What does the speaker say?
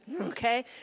Okay